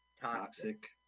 toxic